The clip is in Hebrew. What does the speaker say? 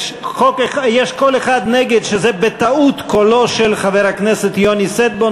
יש קול אחד נגד שזה בטעות קולו של חבר הכנסת יוני שטבון.